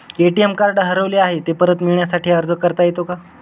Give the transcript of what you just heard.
ATM card हरवले आहे, ते परत मिळण्यासाठी अर्ज करता येतो का?